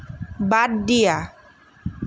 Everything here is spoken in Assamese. বাদ দিয়া